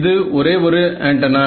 இது ஒரே ஒரு ஆண்டனா